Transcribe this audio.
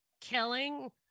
killing